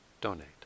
donate